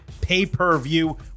pay-per-view